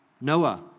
Noah